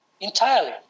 entirely